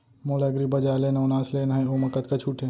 मोला एग्रीबजार ले नवनास लेना हे ओमा कतका छूट हे?